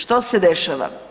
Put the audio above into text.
Što se dešava?